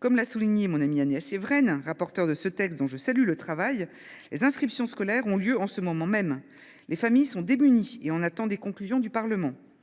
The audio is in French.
Comme l’a souligné Agnès Evren, rapporteure de ce texte, dont je salue le travail, les inscriptions scolaires ont lieu en ce moment même. Les familles sont démunies et attendent les conclusions du travail